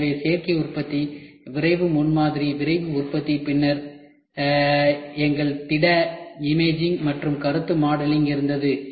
எனவே சேர்க்கை உற்பத்தி விரைவு முன்மாதிரி விரைவு உற்பத்தி மற்றும் பின்னர் எங்கள் திட இமேஜிங் மற்றும் கருத்து மாடலிங் இருந்தது